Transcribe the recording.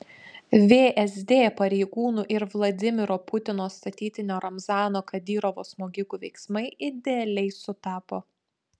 vsd pareigūnų ir vladimiro putino statytinio ramzano kadyrovo smogikų veiksmai idealiai sutapo